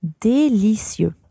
délicieux